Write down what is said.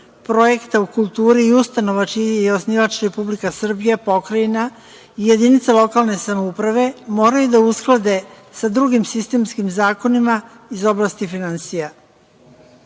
projekta u kulturi i ustanova čiji je osnivač Republika Srbija, Pokrajina i jedinica lokalne samouprave, moraju da usklade sa drugim sistemskim zakonima iz oblasti finansija. Da